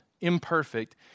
imperfect